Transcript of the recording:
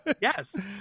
Yes